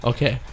Okay